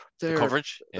coverage